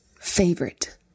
favorite